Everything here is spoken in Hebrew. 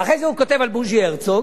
אחרי זה הוא כותב על בוז'י הרצוג.